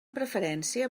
preferència